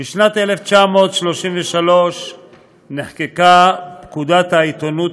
בשנת 1933 נחקקה פקודת העיתונות,